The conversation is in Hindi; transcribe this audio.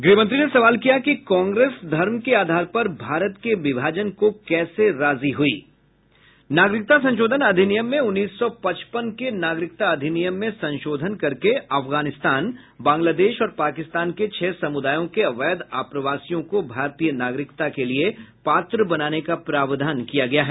गृहमंत्री ने सवाल किया कि कांग्रेस धर्म के आधार पर भारत के विभाजन को कैसे राजी हुई नागरिकता संशोधन अधिनियम में उन्नीस सौ पचपन के नागरिकता अधिनियम में संशोधन करके अफगानिस्तान बांग्लादेश और पाकिस्तान के छह समुदायों के अवैध आप्रवासियों को भारतीय नागरिकता के लिए पात्र बनाने का प्रावधान किया गया है